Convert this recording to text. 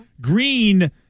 Green